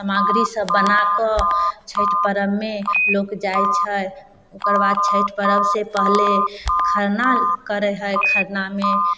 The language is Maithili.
समाग्री सब बनाकऽ छठि पर्ब लोक जाइ छै ओकरबाद छठि पर्ब से पहले खरना करै है खरनामे